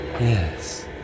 Yes